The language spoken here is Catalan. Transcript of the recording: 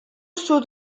sud